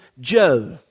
Joe